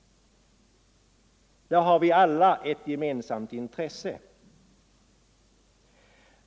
Där har vi alla ett gemensamt intresse.